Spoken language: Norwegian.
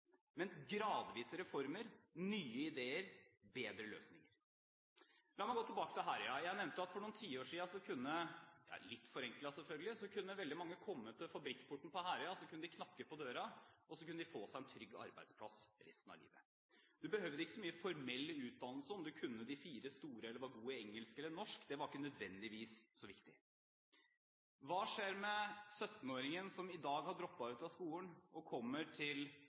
men gradvise reformer, nye ideer, bedre løsninger. La meg gå tilbake til Herøya. Jeg nevnte at for noen tiår siden – litt forenklet selvfølgelig – kunne veldig mange komme til fabrikkporten på Herøya, knakke på døren og så kunne de få seg en trygg arbeidsplass for resten av livet. De behøvde ikke så mye formell utdannelse – om de kunne de fire store, eller var god i engelsk eller norsk, var ikke nødvendigvis så viktig. Hva skjer med 17-åringen som i dag har droppet ut av skolen, og som kommer til